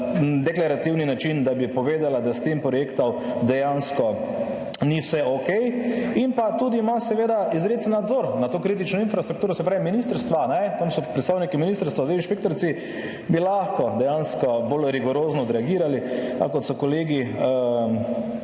deklarativni način, da bi povedala, da s tem projektom dejansko ni vse okej in pa tudi ima seveda izrecen nadzor nad to kritično infrastrukturo, se pravi ministrstva, ne, tam so predstavniki ministrstva, zdaj inšpektorici bi lahko dejansko bolj rigorozno odreagirali, tako kot so kolegi